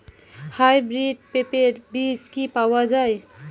Hybrid পেঁপের বীজ কি পাওয়া যায়?